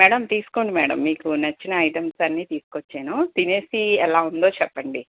madam తీసుకోండి madam మీకు నచ్చిన ఐటమ్స్ అన్ని తీసుకొని వచ్చాను తినేసి ఎలా ఉందో చెప్పండి